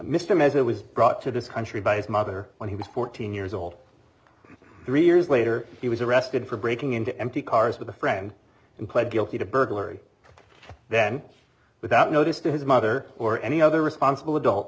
who was brought to this country by his mother when he was fourteen years old three years later he was arrested for breaking into empty cars with a friend and pled guilty to burglary then without notice to his mother or any other responsible adult